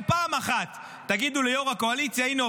פעם אחת תגידו ליו"ר הקואליציה: הינה,